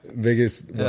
biggest